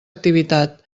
activitat